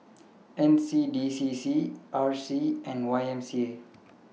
N C D C C R C and Y M C A